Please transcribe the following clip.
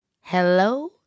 Hello